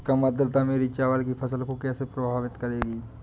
कम आर्द्रता मेरी चावल की फसल को कैसे प्रभावित करेगी?